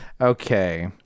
Okay